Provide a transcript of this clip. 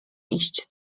iść